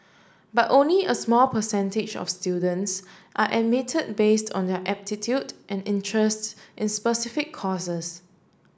but only a small percentage of students are admitted based on their aptitude and interests in specific courses